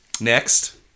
next